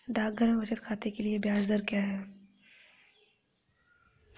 डाकघरों में बचत खाते के लिए ब्याज दर क्या है?